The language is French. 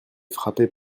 frappé